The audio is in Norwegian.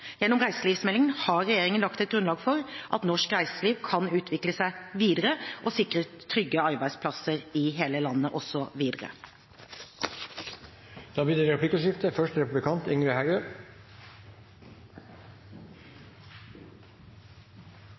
Gjennom reiselivsmeldingen har regjeringen lagt et grunnlag for at norsk reiseliv kan utvikle seg videre og sikre trygge arbeidsplasser i hele landet også videre. Det blir replikkordskifte. Det